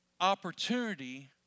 opportunity